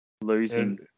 losing